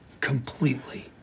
Completely